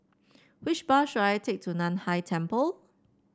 which bus should I take to Nan Hai Temple